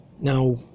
Now